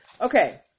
Okay